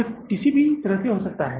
यह किसी भी तरह से हो सकता है